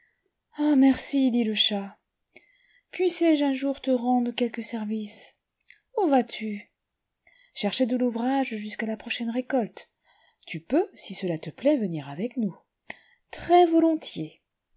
merci dit le chat puissé-je un jour te rendre quelque service où vas-tu chercher de louvrage jusqu'à la prochaine récolte tu peux si cela te plaît venir avec nous